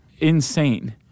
insane